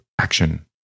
action